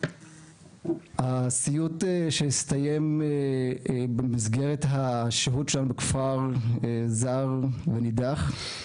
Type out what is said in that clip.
הסיוט שהסתיים במסגרת השהות שלנו בכפר זר ונידח,